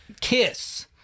Kiss